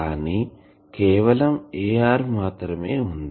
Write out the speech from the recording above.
కానీ కేవలం ar మాత్రమే వుంది